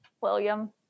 William